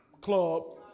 club